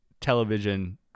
television